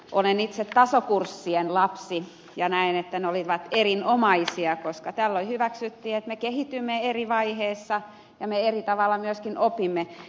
olen itse tasokurssien lapsi ja näen että ne olivat erinomaisia koska tällöin hyväksyttiin että me kehitymme eri vaiheissa ja me eri tavalla myöskin opimme